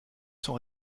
sont